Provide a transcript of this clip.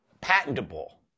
patentable